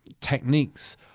techniques